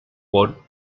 por